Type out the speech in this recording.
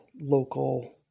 local